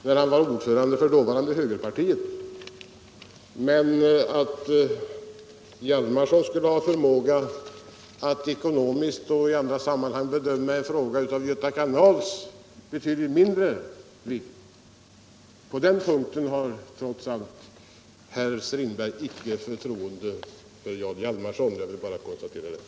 Men herr Strindberg har trots detta icke förtroende för Jarl Hjalmarson när det gäller hans förmåga att ekonomiskt och på andra sätt bedöma en fråga av Göta kanals betydligt mindre vikt. Jag vill bara konstatera detta.